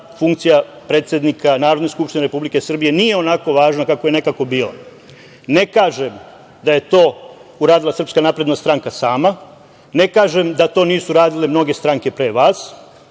funkcija predsednika Narodne skupštine Republike Srbije nije onako važna kao što je nekada bila. Ne kažem da je to uradila Srpska napredna stranka sama, ne kažem da to nisu radile mnoge stranke pre vas,